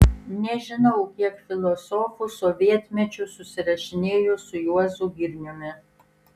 nežinau kiek filosofų sovietmečiu susirašinėjo su juozu girniumi